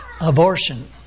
abortion